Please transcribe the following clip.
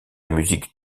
musique